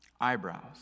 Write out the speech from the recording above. eyebrows